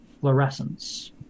fluorescence